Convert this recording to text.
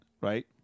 right